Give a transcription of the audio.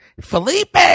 Felipe